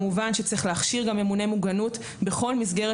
כמובן שצריך להכשיר גם ממונה מוגנות בכל מסגרת